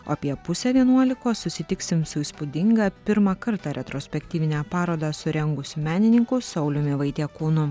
apie pusę vienuolikos susitiksim su įspūdinga pirmą kartą retrospektyvinę parodą surengusiu menininku sauliumi vaitiekūnu